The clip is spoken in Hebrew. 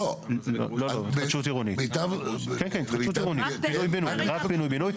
רק פינוי בינוי.